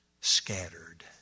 scattered